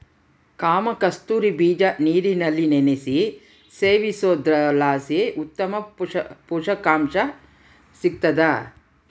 ಕಾಮಕಸ್ತೂರಿ ಬೀಜ ನೀರಿನಲ್ಲಿ ನೆನೆಸಿ ಸೇವಿಸೋದ್ರಲಾಸಿ ಉತ್ತಮ ಪುಷಕಾಂಶ ಸಿಗ್ತಾದ